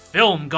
Film